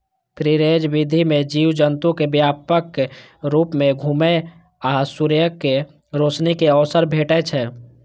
free range विधि मे जीव जंतु कें व्यापक रूप सं घुमै आ सूर्यक रोशनी के अवसर भेटै छै